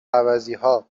عوضیها